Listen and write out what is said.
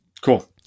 Cool